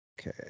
Okay